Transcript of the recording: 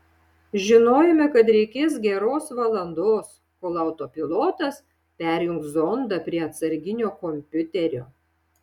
žinojome kad reikės geros valandos kol autopilotas perjungs zondą prie atsarginio kompiuterio